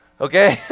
Okay